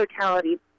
totality